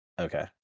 Okay